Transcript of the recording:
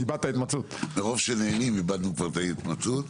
מרוב שנהנים איבדנו כבר את ההתמצאות.